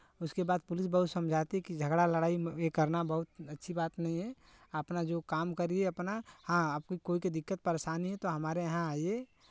उसके बाद पुलिस बहुत समझाती है कि झगड़ा लड़ाई ए करना बहुत अच्छी बात नहीं है अपना जो काम करिये अपना हाँ आपके कोई के दिक्कत परेशानी है तो हमारे यहाँ आइये